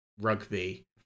rugby